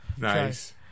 nice